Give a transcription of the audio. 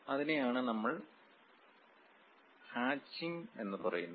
അതിനെയാണ് നമ്മൾ ഹാച്ചിങ് എന്നു പറയുന്നത്